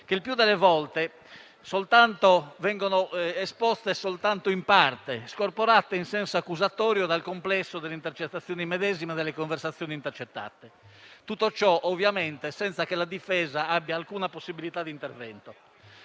che il più delle volte vengono esposte soltanto in parte, scorporate in senso accusatorio dal complesso delle intercettazioni medesime o delle conversazioni intercettate. Tutto ciò, ovviamente, senza che la difesa abbia alcuna possibilità di intervento.